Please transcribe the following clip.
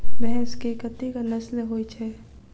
भैंस केँ कतेक नस्ल होइ छै?